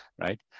right